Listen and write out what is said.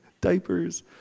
diapers